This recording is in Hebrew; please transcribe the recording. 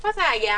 איפה זה היה?